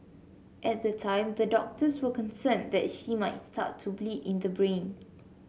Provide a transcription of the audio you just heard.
at the time the doctors were concerned that she might start to bleed in the brain